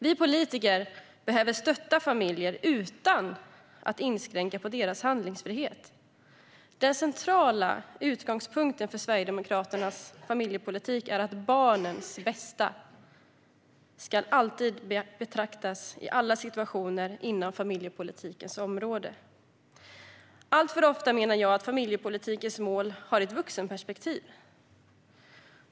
Vi politiker behöver stötta familjer utan att inskränka på deras handlingsfrihet. Den centrala utgångspunkten för Sverigedemokraternas familjepolitik är att barnens bästa alltid ska beaktas i alla situationer inom familjepolitikens område. Jag menar att familjepolitikens mål alltför ofta har ett vuxenperspektiv.